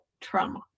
trauma